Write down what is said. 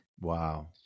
Wow